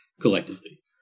collectively